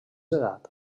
edat